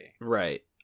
right